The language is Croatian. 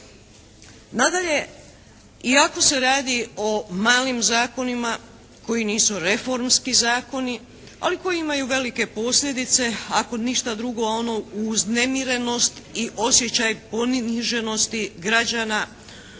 Nadalje, iako se radi o malim zakonima koji nisu reformski zakoni, ali koji imaju velike posljedice, ako nešto drugo a ono uznemirenost i osjećaj poniženosti građana,